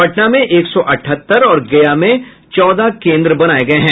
पटना में एक सौ अठहत्तर और गया में चौदह केंद्र बनाये गये हैं